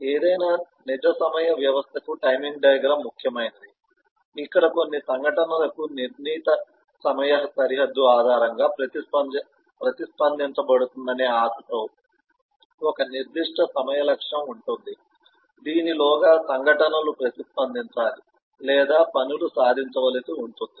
ఏదైనా నిజ సమయ వ్యవస్థకు టైమింగ్ డయాగ్రమ్ ముఖ్యమైనది ఇక్కడ కొన్ని సంఘటనలకు నిర్ణీత సమయ సరిహద్దు ఆధారంగా ప్రతిస్పందించబడుతుందనే ఆశతో ఒక నిర్దిష్ట సమయ లక్ష్యం ఉంటుంది దీనిలోగా సంఘటనలు ప్రతిస్పందించాలి లేదా పనులు సాధించవలసి ఉంటుంది